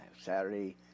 Saturday